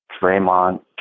Draymond